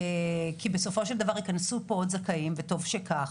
כי בסופו של דבר ייכנסו עוד זכאים, וטוב שכך,